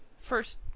first